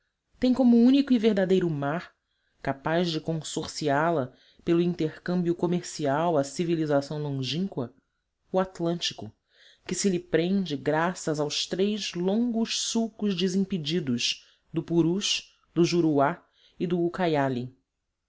tem como único e verdadeiro mar capaz de consorciá la pelo intercâmbio comercial à civilização longínqua o atlântico que se lhe prende graças aos três longos sulcos desimpedidos do purus do juruá e do ucaiali